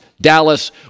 Dallas